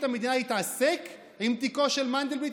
המדינה יתעסק עם תיקו של מנדלבליט,